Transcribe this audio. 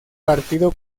partido